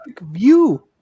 view